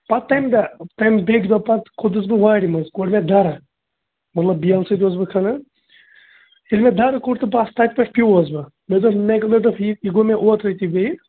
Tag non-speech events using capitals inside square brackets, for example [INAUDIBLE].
پتہٕ تَمہِ دۄہ تَمہِ بیٚیہِ کہِ دۄہ پتہٕ کھوٚتُس بہٕ وارِ منٛز کوٚڑ مےٚ دَرٕ مطلب بیلہٕ سۭتۍ اوسُس بہٕ کھنان ییٚلہِ مےٚ دَرٕ کوٚڑ تہٕ بَس تَتہِ پٮ۪ٹھ پیوس بہٕ مےٚ دوٚپ مےٚ [UNINTELLIGIBLE] دوٚپ یہِ یہِ گوٚو مےٚ اوترٕ تہٕ بیٚیہِ